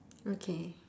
okay